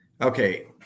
okay